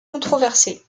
controversé